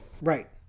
Right